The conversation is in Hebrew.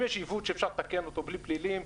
אם יש עיוות שאפשר לתקן אותו בלי פלילים,